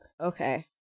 Okay